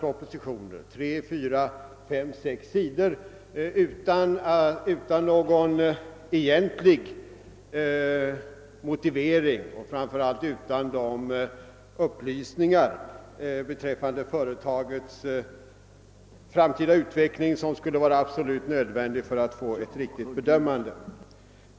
De har omfattat 3, 4, 5, 6 sidor utan någon egentlig motivering och framför allt utan sådana upplysningar beträffande företagens ställning och framtida utvecklingsmöjligheter, som skulle vara absolut nödvändiga för att möjliggöra ett riktigt bedömande.